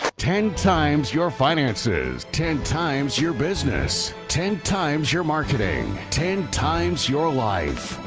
ten times your finances. ten times your business. ten times your marketing. ten times your life.